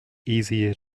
easier